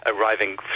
arriving